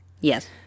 Yes